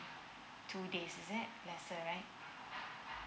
two days isn't lesser right